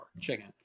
chicken